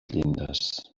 llindes